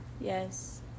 Yes